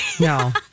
No